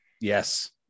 yes